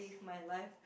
my life